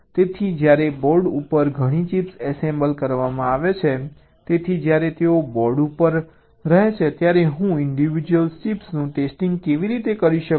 તેથી જ્યારે બોર્ડ ઉપર ઘણી ચિપ્સ એસેમ્બલ કરવામાં આવે છે તેથી જ્યારે તેઓ બોર્ડ ઉપર રહે છે ત્યારે હું ઇન્ડિવિડ્યુઅલ ચિપ્સનું ટેસ્ટિંગ કેવી રીતે કરી શકું